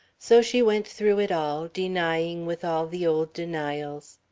so she went through it all, denying with all the old denials.